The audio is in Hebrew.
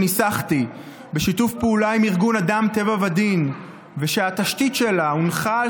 שניסחתי בשיתוף פעולה עם ארגון אדם טבע ודין ושהתשתית שלה הונחה על